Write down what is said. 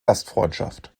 gastfreundschaft